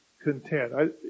content